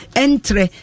entre